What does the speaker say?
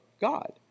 God